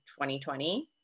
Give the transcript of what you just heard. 2020